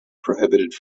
prohibited